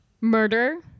Murder